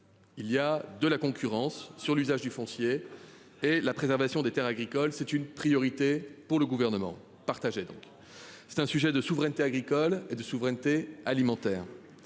Il y a de la concurrence sur l'usage du foncier et la préservation des Terres agricoles, c'est une priorité pour le gouvernement partageait donc. C'est un sujet de souveraineté agricole et de souveraineté alimentaire.